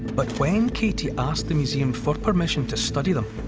but when katie asked the museum for permission to study them,